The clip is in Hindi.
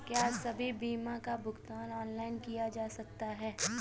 क्या सभी बीमा का भुगतान ऑनलाइन किया जा सकता है?